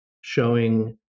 showing